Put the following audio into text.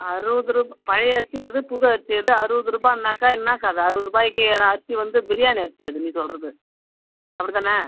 அறுபது ரூபாய் பழைய அரிசி எது புது அரிசி எது அறுபது ரூபானாக்கா என்ன கதை அறுபது ரூபாய்க்கு அந்த அரிசி வந்து பிரியாணி அரிசி அது நீ சொல்கிறது அப்படி தானே